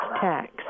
tax